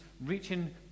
reaching